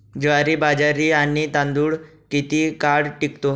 ज्वारी, बाजरी आणि तांदूळ किती काळ टिकतो?